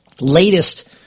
latest